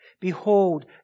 Behold